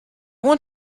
want